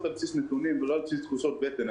על בסיס נתונים ולא על בסיס תחושות בטן.